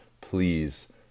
please